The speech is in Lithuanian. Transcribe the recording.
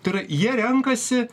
tai yra jie renkasi